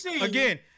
again